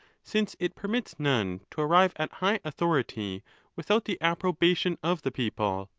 since it permits none to arrive at high authority without the approbation of the people,